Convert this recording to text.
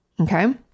Okay